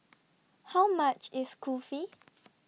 How much IS Kulfi